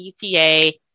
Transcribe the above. UTA